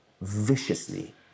viciously